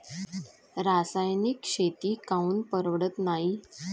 रासायनिक शेती काऊन परवडत नाई?